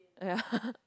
ya